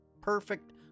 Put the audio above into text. perfect